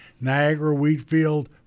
Niagara-Wheatfield